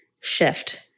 shift